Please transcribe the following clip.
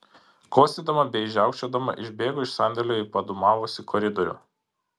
kosėdama bei žiaukčiodama išbėgu iš sandėlio į padūmavusį koridorių